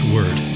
Word